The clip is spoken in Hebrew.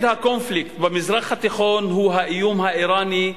הקונפליקט במזרח התיכון הוא האיום האירני,